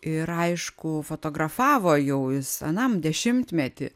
ir aišku fotografavo jau jis anam dešimtmety